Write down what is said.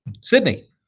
Sydney